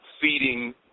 feeding